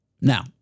Now